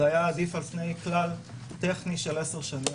זה היה עדיף על פני כלל טכני של עשר שנים.